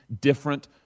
different